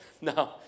no